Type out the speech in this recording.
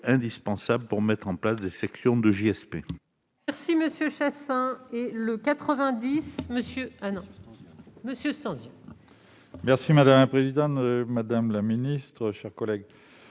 indispensables pour mettre en place des sections de JSP.